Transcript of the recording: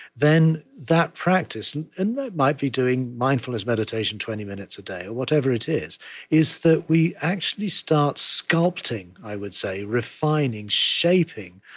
then that practice and and that might be doing mindfulness meditation twenty minutes a day, or whatever it is is that we actually start sculpting, i would say, refining, shaping,